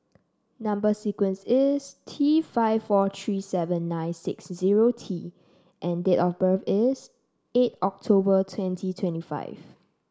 number sequence is T five four three seven nine six zero T and date of birth is eight October twenty twenty five